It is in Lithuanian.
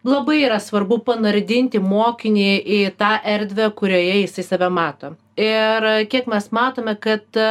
labai yra svarbu panardinti mokinį į tą erdvę kurioje jisai save mato ir kiek mes matome kad